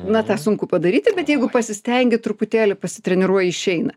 na tą sunku padaryti bet jeigu pasistengi truputėlį pasitreniruoji išeina